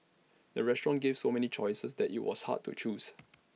the restaurant gave so many choices that IT was hard to choose